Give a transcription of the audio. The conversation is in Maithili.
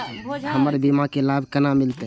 हमर बीमा के लाभ केना मिलते?